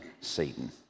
Satan